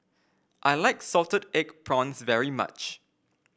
I like Salted Egg Prawns very much